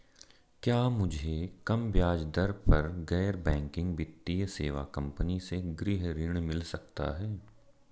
क्या मुझे कम ब्याज दर पर गैर बैंकिंग वित्तीय सेवा कंपनी से गृह ऋण मिल सकता है?